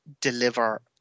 deliver